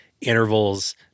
intervals